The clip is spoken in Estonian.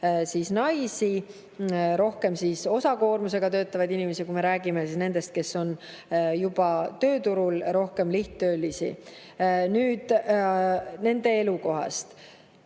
naisi, rohkem on osakoormusega töötavaid inimesi, kui me räägime nendest, kes on juba tööturul, ning rohkem on lihttöölisi. Nüüd nende elukohast.